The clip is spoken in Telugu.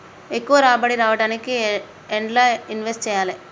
ఎక్కువ రాబడి రావడానికి ఎండ్ల ఇన్వెస్ట్ చేయాలే?